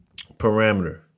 parameter